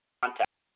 contact